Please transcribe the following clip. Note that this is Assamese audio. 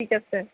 ঠিক আছে